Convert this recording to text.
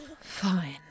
Fine